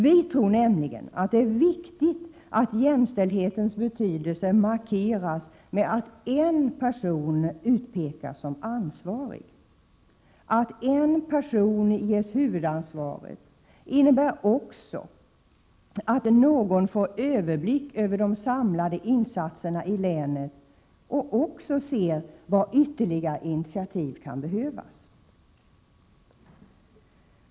Vi tror nämligen att det är viktigt att jämställdhetens betydelse markeras "genom att en person utpekas som ansvarig. Att en person ges huvudansvaret innebär också att någon får överblick över de samlade insatserna i länet och också ser var ytterligare initiativ kan behövas.